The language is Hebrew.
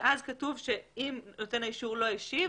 אז כתוב שאם נותן האישור לא השיב,